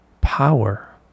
power